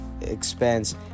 expense